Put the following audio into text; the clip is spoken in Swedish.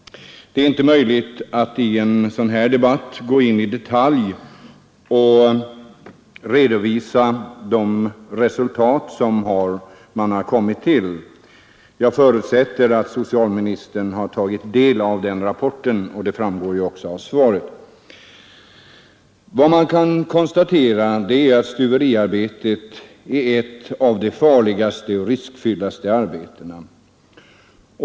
Det är inte möjligt att i en debatt som denna gå in i detalj och redovisa det resultat som man har kommit till. Jag förutsätter att socialministern har tagit del av den rapporten, vilket ju också framgår av svaret. Vad man kan konstatera är att stuveriarbetet är ett av de farligaste och riskfullaste arbetena.